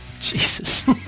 jesus